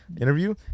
interview